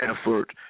effort